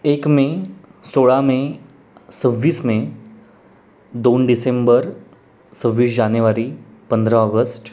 एक मे सोळा मे सव्वीस मे दोन डिसेंबर सव्वीस जानेवारी पंधरा ऑगस्ट